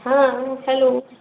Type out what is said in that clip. हा हल्लो